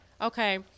okay